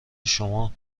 شما